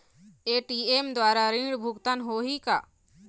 ATM द्वारा ऋण भुगतान होही का?